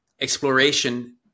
exploration